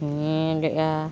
ᱧᱮᱞᱮᱫᱟ